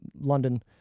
London